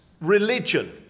religion